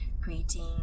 creating